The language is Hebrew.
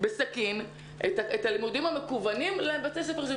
בסכין את הלימודים המקוונים לבתי הספר היסודיים.